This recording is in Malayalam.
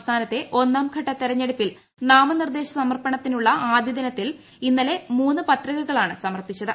സംസ്ഥാനത്തെ ഒന്നാം ഘട്ട ക്ക് ക്ക് രൂത്രൂഞ്ഞെടുപ്പിൽ നാമനിർദ്ദേശ സമർപ്പണത്തിനുള്ള ആദ്യി ദിനത്തിൽ ഇന്നലെ മൂന്ന് പത്രികകാണ് സമർപ്പിച്ചത്